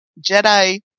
Jedi